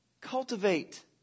Cultivate